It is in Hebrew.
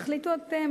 תחליטו אתם.